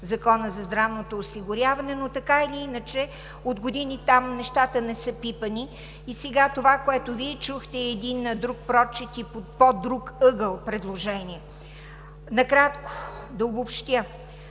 Законът за здравното осигуряване, но така или иначе от години там нещата не са пипани. Сега това, което Вие чухте, е един друг прочит и под по-друг ъгъл предложение. Накратко да обобщя